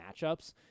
matchups